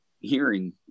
hearing